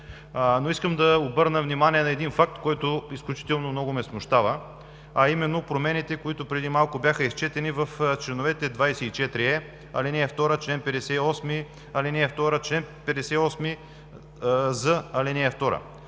Но искам да обърна внимание на един факт, който изключително много ме смущава, а именно: промените, които преди малко бяха изчетени, в чл. 24е, ал. 2; чл. 58, ал. 2; чл. 58з, ал. 2,